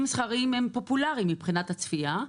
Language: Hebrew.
מסחריים הם פופולריים מבחינת הצפייה,